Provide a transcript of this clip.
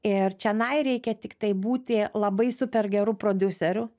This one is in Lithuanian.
ir čianai reikia tiktai būti labai super geru prodiuseriu